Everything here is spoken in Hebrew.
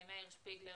מאיר שפיגלר,